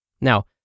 Now